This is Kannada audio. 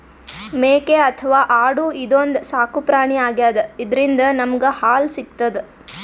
ಮೇಕೆ ಅಥವಾ ಆಡು ಇದೊಂದ್ ಸಾಕುಪ್ರಾಣಿ ಆಗ್ಯಾದ ಇದ್ರಿಂದ್ ನಮ್ಗ್ ಹಾಲ್ ಸಿಗ್ತದ್